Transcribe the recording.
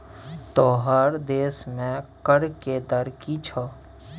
तोहर देशमे कर के दर की छौ?